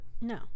No